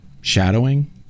shadowing